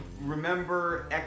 remember